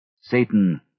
Satan